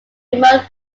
remote